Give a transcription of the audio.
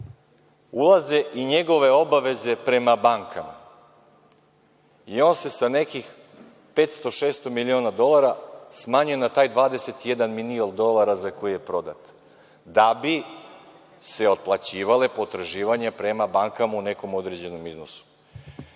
ulaze i njegove obaveze prema bankama. On se sa nekih 500, 600 miliona dolara smanjuje na taj 21 milion dolara za koji je prodat, da bi se otplaćivala potraživanja prema bankama u nekom određenom iznosu.